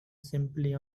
simply